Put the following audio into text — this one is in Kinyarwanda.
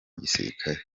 gisirikare